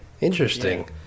Interesting